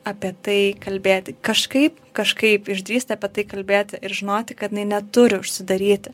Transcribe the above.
apie tai kalbėti kažkaip kažkaip išdrįsti apie tai kalbėti ir žinoti kad jinai neturi užsidaryti